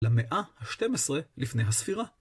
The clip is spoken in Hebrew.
למאה ה-12 לפני הספירה.